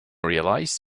realized